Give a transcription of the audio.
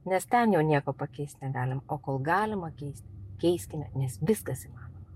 nes ten jau nieko pakeist negalim o kol galima keisti keiskime nes viskas įmanoma